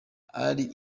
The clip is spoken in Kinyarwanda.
all